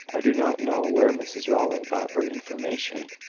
i do not know where mrs rowland got her information,